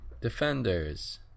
Defenders